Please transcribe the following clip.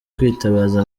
kwitabaza